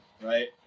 right